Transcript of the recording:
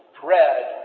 bread